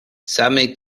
same